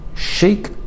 shake